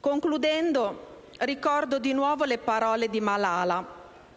Concludendo, ricordo di nuovo le parole di Malala